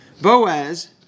Boaz